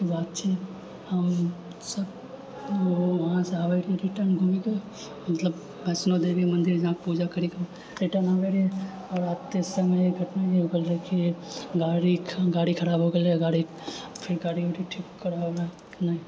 के बात छियै हम सभ वहाँसँ आबैत रहियै घुमिके मतलब वैष्णोदेवी मन्दिर जाकऽ पूजा करिके एहिठाम आबैत रहियै आओर आते समय ई घटना भी होइ गेल रहै कि गाड़ी गाड़ी खराब हो गेल रहै गाड़ी फिर गाड़ी वाड़ी ठीक कराबैमे